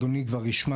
אדוני כבר ישמע